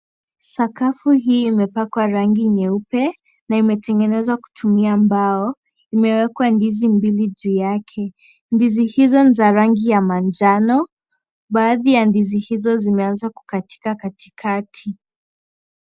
Sakafu hii imepakwa rangi nyeupe na imetengenezwa kutumia mbao. Imewekwa ndizi mbili juu yake, ndizi hizo ni za rangi ya manjano. Baadhi ya ndizi hizo zimeweza kukatika katikati.